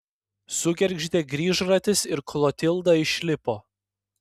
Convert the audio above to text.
sugergždė grįžratis ir klotilda išlipo